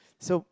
so